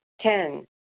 Ten